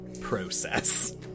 process